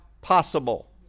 possible